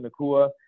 Nakua